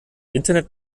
internet